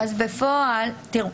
אז בפועל, תראו,